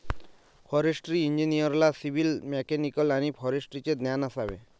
forestry इंजिनिअरला civil, mechanical आणि फॉरेस्ट्रीचे ज्ञान असावे